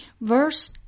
verse